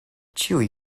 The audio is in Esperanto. ĉiuj